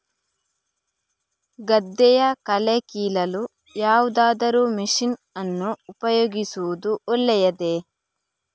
ಗದ್ದೆಯ ಕಳೆ ಕೀಳಲು ಯಾವುದಾದರೂ ಮಷೀನ್ ಅನ್ನು ಉಪಯೋಗಿಸುವುದು ಒಳ್ಳೆಯದೇ?